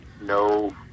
no